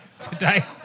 today